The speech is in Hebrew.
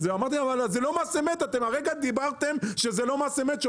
אמרתי להם: "אתם הרגע דיברתם על כך שזה לא מס אמת.